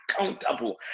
accountable